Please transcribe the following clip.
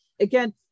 Again